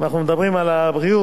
אם אנחנו מדברים על בריאות,